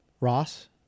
Ross